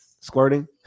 squirting